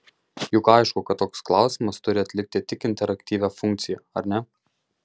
juk aišku kad toks klausimas turi atlikti tik interaktyvią funkciją ar ne